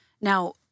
Now